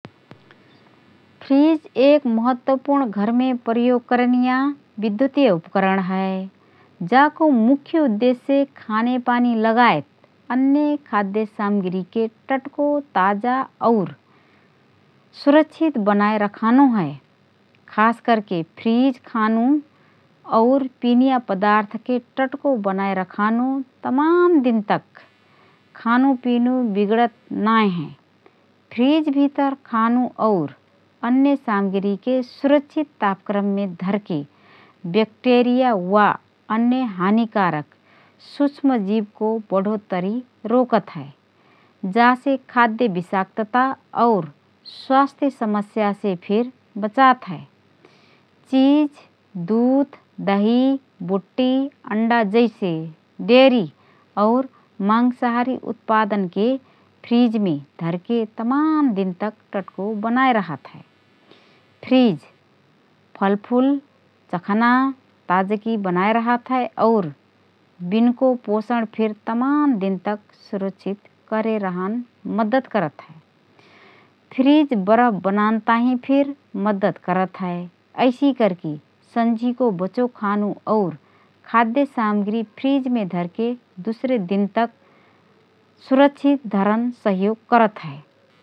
फ्रिज एक महत्वपूर्ण घरमे प्रयोग करनिया विधुतीय उपकरण हए । जाको मुख्य उद्देश्य खानेपानी लगायत अन्य खाद्य सामाग्रीके टटको ताजा और सुरक्षित बनाए रखानो हए । खास करके फ्रिज खानु और पिनिया पदार्थके टटको बनाए रखानो, तमान दिनतक खानु पिनु बिगडत नाएँ हए । फ्रिज भितर खानु और अन्य सामाग्रीके सुरक्षित तापक्रममे धरके ब्याक्टेरिया वा अन्य हानिकारक सूक्ष्मजीवको बढोत्तरी रोकत हए । जासे खाद्य विषाक्तता और स्वास्थ्य समस्यासे फिर बचात हए । चीज, दूध, दही, बुट्टी, अण्डा जैसे डेयरी और मांसाहारी उत्पादनके फ्रिजमे धरके तमान दिनतक टटको बनाए रहात हए । फ्रिज फलफूल, चखना ताजगी बनाए रहात हए और बिनको पोषण फिर तमान दिनतक सुरक्षित करेरहन मद्दत करत हए । फ्रिज बरफ बनान ताहिँ फिर मदत करत हए । ऐसि करके सन्झीको बचो खानु और खाद्य सामग्री फ्रिजमे धरके दुसरे दिनतक सुरिक्षत धरन सहयोग करत हए ।